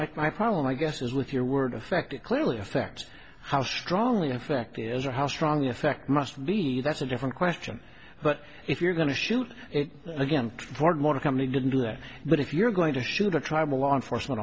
like my problem i guess is with your word affect it clearly affects how strongly effect is or how strong effect must mean that's a different question but if you're going to shoot it again ford motor company didn't do that but if you're going to shoot a tribal law enforcement